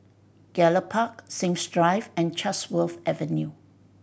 Gallop Park Sims Drive and Chatsworth Avenue